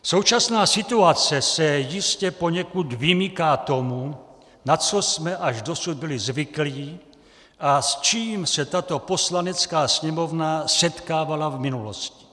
Současná situace se jistě poněkud vymyká tomu, na co jsme až dosud byli zvyklí a s čím se tato Poslanecká sněmovna setkávala v minulosti.